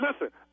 Listen